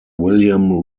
william